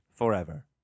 forever